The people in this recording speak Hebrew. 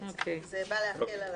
זה בא להקל.